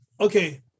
Okay